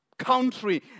country